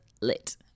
lit